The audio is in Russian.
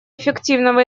эффективного